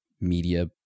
media